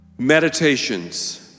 Meditations